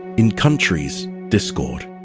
in countries, discord.